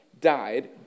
died